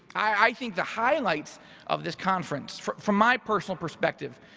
i think the highlights of this conference from from my personal perspective,